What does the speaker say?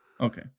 Okay